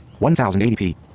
1080p